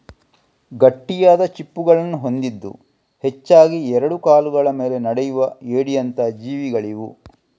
ಗಟ್ಟಿಯಾದ ಚಿಪ್ಪುಗಳನ್ನ ಹೊಂದಿದ್ದು ಹೆಚ್ಚಾಗಿ ಎರಡು ಕಾಲುಗಳ ಮೇಲೆ ನಡೆಯುವ ಏಡಿಯಂತ ಜೀವಿಗಳಿವು